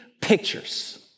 pictures